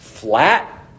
flat